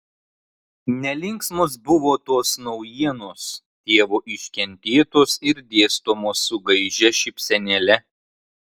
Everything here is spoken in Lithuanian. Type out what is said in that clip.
nelinksmos buvo tos naujienos tėvo iškentėtos ir dėstomos su gaižia šypsenėle